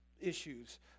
issues